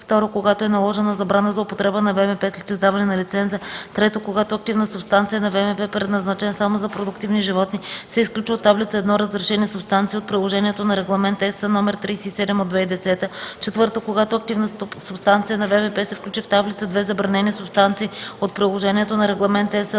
му; 2. когато е наложена забрана за употреба на ВМП след издаване на лиценза; 3. когато активна субстанция на ВМП, предназначен само за продуктивни животни, се изключи от Таблица 1 „Разрешени субстанции” от Приложението на Регламент (ЕС) № 37/2010; 4. когато активна субстанция на ВМП се включи в Таблица 2 „Забранени субстанции” от Приложението на Регламент